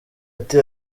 ati